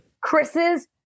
Chris's